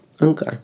okay